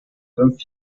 fünf